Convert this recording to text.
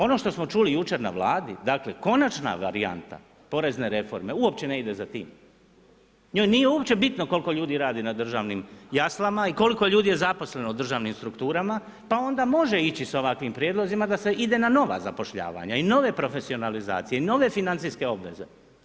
Ono što smo čuli jučer na vladi, dakle konačna varijanta porezne reforme uopće ne ide za tim, njoj nije uopće bitno koliko ljudi radi na državnim jaslama i koliko ljudi je zaposleno u državnim strukturama pa onda može ići s ovakvim prijedlozima da se ide na nova zapošljavanja i nove profesionalizacije i nove financijske obveze.